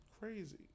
Crazy